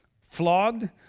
flogged